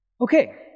Okay